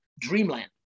dreamland